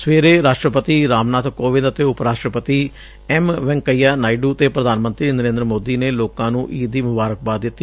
ਸਵੇਰੇ ਰਾਸ਼ਟਰਪਤੀ ਰਾਮਨਾਥ ਕੋਵਿੰਦ ਅਤੇ ਉਪ ਰਾਸ਼ਟਰਪਤੀ ਐਮ ਵੈਂਕਈਆ ਨਾਇਡੂ ਤੇ ਪ੍ਰਧਾਨ ਮੰਤਰੀ ਨਰੇਂਦਰ ਮੋਦੀ ਨੇ ਲੋਕਾਂ ਨੂੰ ਈਦ ਦੀ ਮੁਬਾਰਕਬਾਦ ਦਿੱਤੀ